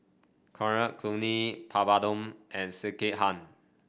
Coriander Chutney Papadum and Sekihan